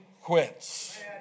quits